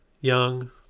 young